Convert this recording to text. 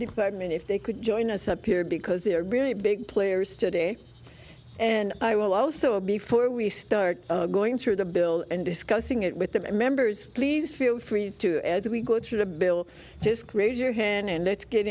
department if they could join us up here because they're really big players today and i will also before we start going through the bill and discussing it with the members please feel free to as we go to bill just raise your hand and let's get